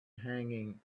hanging